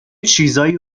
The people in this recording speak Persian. چیزایی